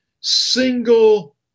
single